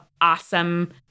awesome